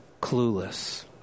clueless